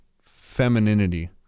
femininity